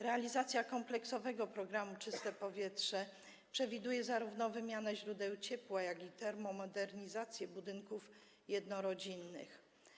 Realizacja kompleksowego programu „Czyste powietrze” przewiduje zarówno wymianę źródeł ciepła, jak i termomodernizację budynków jednorodzinnych.